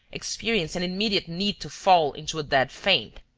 experienced an immediate need to fall into a dead faint.